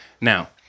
Now